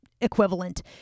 equivalent